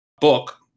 book